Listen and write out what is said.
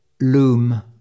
loom